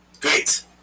great